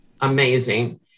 amazing